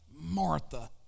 Martha